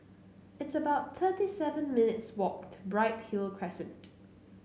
it's about thirty seven minutes' walk to Bright Hill Crescent